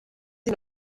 sie